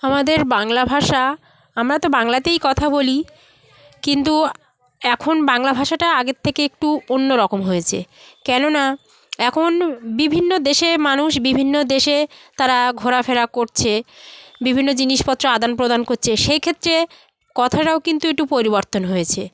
আমাদের বাংলা ভাষা আমরা তো বাংলাতেই কথা বলি কিন্তু এখন বাংলা ভাষাটা আগের থেকে একটু অন্য রকম হয়েছে কেননা এখন বিভিন্ন দেশে মানুষ বিভিন্ন দেশে তারা ঘোরা ফেরা করছে বিভিন্ন জিনিসপত্র আদান প্রদান করছে সেইক্ষেত্রে কথাটাও কিন্তু একটু পরিবর্তন হয়েছে